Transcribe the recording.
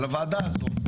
אבל הוועדה הזאת,